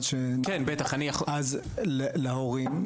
אתה גם יכול להתייחס כמשרד הבריאות לעניין ההורים,